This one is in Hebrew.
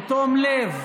בתום לב.